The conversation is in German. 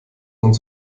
und